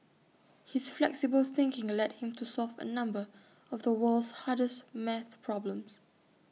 his flexible thinking led him to solve A number of the world's hardest math problems